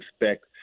expect